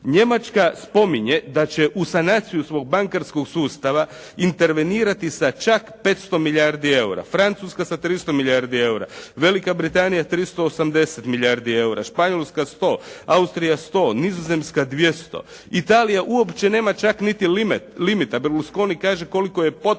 Njemačka spominje da će u sanaciju svog bankarskog sustava intervenirati sa čak 500 milijardi eura, Francuska sa 300 milijardi eura, Velika Britanija 380 milijardi eura, Španjolska 100, Austrija 100, Nizozemska 200, Italija uopće nema čak niti limit. Berlusconi kaže koliko je potrebno.